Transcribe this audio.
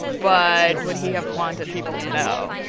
but would he have wanted people to know?